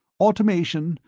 automation,